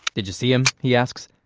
did you see him? he asks.